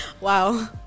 Wow